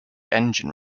engine